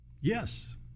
Yes